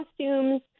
costumes